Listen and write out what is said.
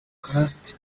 christ